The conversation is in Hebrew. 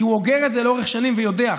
כי הוא אוגר את זה לאורך שנים ויודע.